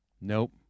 Nope